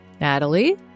Natalie